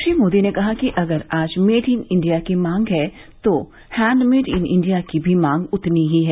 श्री मोदी ने कहा कि अगर आज मेड इन इंडिया की मांग है तो हैंड मेड इन इंडिया की मांग भी उतनी ही है